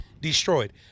destroyed